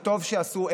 וטוב שעשו,